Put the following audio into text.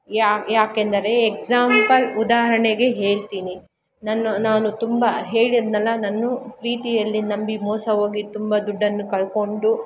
ಯಾ ಏಕೆಂದರೆ ಎಕ್ಸಾಂಪಲ್ ಉದಾಹರಣೆಗೆ ಹೇಳ್ತೀನಿ ನನ್ನ ನಾನು ತುಂಬ ಹೇಳಿದೆನಲ್ಲ ನಾನು ಪ್ರೀತಿಯಲ್ಲಿ ನಂಬಿ ಮೋಸ ಹೋಗಿ ತುಂಬ ದುಡ್ಡನ್ನು ಕಳ್ಕೊಂಡು